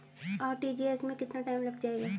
RTGS में कितना time लग जाएगा?